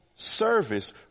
Service